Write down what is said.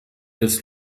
des